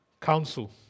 Council